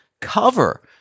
cover